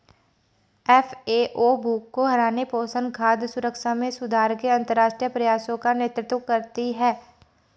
FAO भूख को हराने, पोषण, खाद्य सुरक्षा में सुधार के अंतरराष्ट्रीय प्रयासों का नेतृत्व करती है